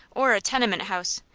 or a tenement house,